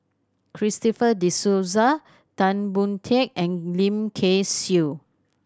Christopher De Souza Tan Boon Teik and Lim Kay Siu